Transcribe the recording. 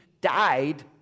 died